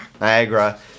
Niagara